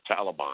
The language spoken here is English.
Taliban